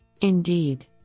Indeed